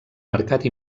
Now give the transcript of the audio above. mercat